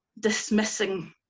Dismissing